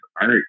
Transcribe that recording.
art